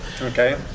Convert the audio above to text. okay